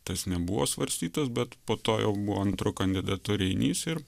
tas nebuvo svarstytas bet po to jau buvo antru kandidatu reinys ir